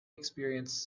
experience